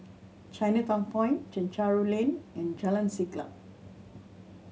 Chinatown Point Chencharu Lane and Jalan Siap